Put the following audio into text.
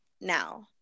now